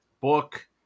book